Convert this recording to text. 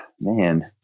man